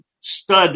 stud